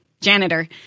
janitor